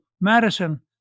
Madison